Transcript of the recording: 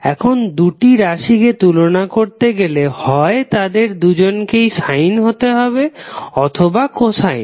এখন দুটি রাশি কে তুলনা করতে গেলে হয় তাদের দুজনকেই সাইন হতে হবে অথবা কোসাইন